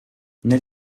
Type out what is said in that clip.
nel